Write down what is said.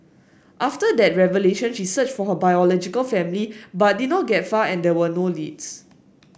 after that revelation she searched for her biological family but did not get far and there were no leads